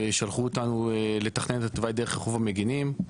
ושלחו אותנו לתכנן את התוואי דרך רחוב המגינים.